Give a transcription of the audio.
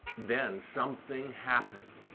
then something happened.